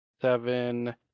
seven